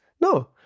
No